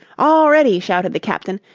all ready! shouted the captain,